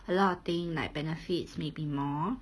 a lot of things like benefits may be more